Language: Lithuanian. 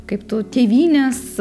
kaip tu tėvynės